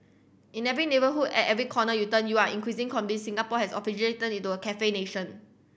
in every neighbourhood at every corner you turn you are increasing convinced Singapore has officially turned into a cafe nation